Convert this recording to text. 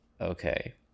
okay